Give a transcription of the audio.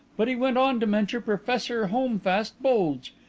but he went on to mention professor holmfast bulge.